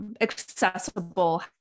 accessible